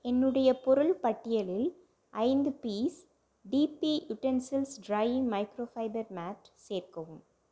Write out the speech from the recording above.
என்னுடைய பொருள் பட்டியலில் ஐந்து piece TP utensils drying microfiber mat சேர்க்கவும்